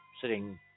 sitting